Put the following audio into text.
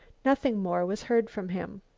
nothing more was heard from him.